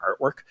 artwork